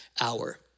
hour